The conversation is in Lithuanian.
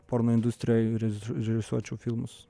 porno industrija ir reži režisuočiau filmus